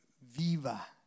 viva